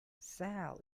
sal